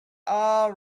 all